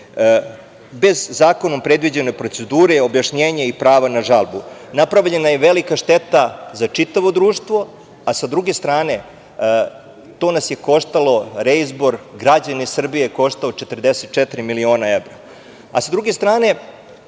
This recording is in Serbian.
bez zakonom predviđene procedure, objašnjenja ili prava na žalbu. Napravljena je velika šteta za čitavo društvo, a to nas je koštalo, reizbor, građane Srbije je koštalo 44 miliona evra.S druge strane,